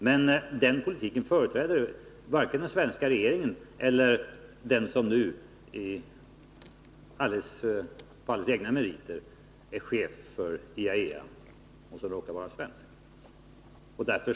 Men den politiken företräder varken den svenska regeringen eller den person som nu på alldeles egna meriter är chef för IAEA och som råkar vara svensk.